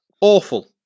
awful